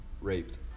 raped